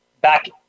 back